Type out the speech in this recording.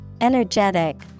energetic